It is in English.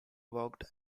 worked